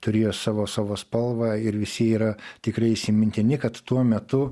turėjo savo savo spalvą ir visi yra tikrai įsimintini kad tuo metu